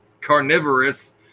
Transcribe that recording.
carnivorous